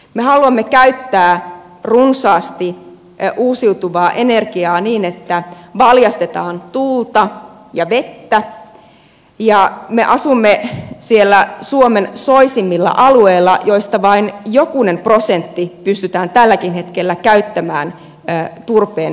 me haluamme käyttää runsaasti uusiutuvaa energiaa niin että valjastetaan tuulta ja vettä ja me asumme siellä suomen soisimmilla alueilla joista vain jokunen prosentti pystytään tälläkin hetkellä käyttämään turpeen hyötykäyttöön